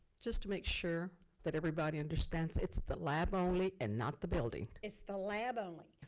just to make sure that everybody understands. it's the lab only, and not the building. it's the lab only.